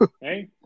hey